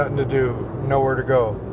ah and to do. nowhere to go